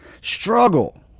struggle